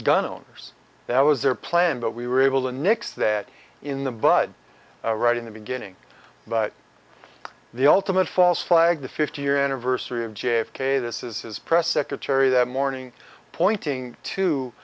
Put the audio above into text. gun owners that was their plan but we were able to nix that in the bud right in the beginning but the ultimate false flag the fifty year anniversary of j f k this is his press secretary that morning pointing to